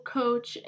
coach